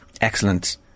excellent